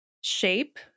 shape